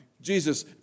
Jesus